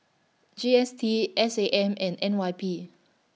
G S T S A M and N Y P